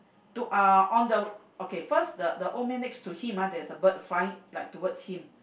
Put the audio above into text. to uh on the okay first the the old man next to him ah there's a bird flying like towards him